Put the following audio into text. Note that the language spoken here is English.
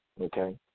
okay